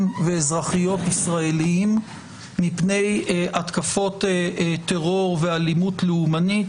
ואזרחיות ישראליים מפני התקפות טרור ואלימות לאומנית,